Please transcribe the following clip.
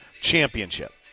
championship